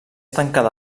tancada